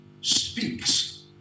speaks